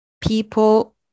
people